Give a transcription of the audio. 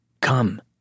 come